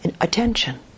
attention